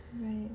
Right